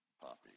poppy